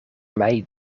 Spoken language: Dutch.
mij